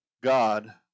God